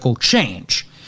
change